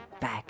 back